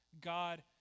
God